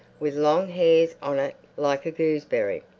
with long hairs on it like a gooseberry.